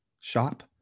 shop